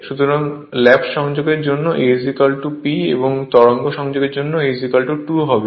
সুতরাং ল্যাপ সংযোগের জন্য A P এবং তরঙ্গ সংযোগের জন্য A 2 হবে